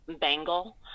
bangle